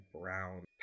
brown